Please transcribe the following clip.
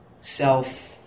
self